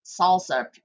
salsa